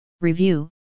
review